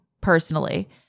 personally